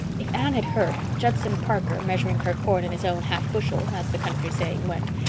if anne had heard, judson parker, measuring her corn in his own half bushel, as the country saying went,